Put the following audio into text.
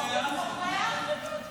נוכח.